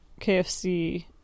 KFC-